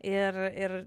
ir ir